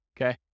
Okay